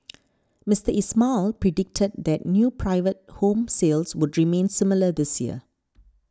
Mister Ismail predicted that new private home sales would remain similar this year